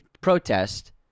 protest